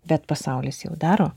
bet pasaulis jau daro